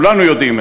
כולנו יודעים,